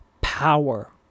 power